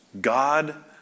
God